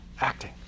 acting